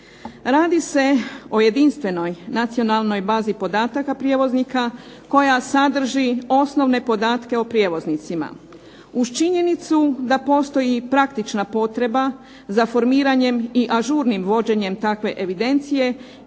Radi se o jedinstvenoj nacionalnoj bazi podataka prijevoznika koja sadrži osnovne podatke o prijevoznicima. Uz činjenicu da postoji praktična potreba za formiranjem i ažurnim vođenjem takve evidencije,